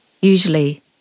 usually